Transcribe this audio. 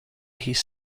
his